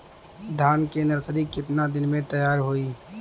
धान के नर्सरी कितना दिन में तैयार होई?